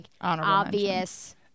obvious